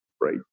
right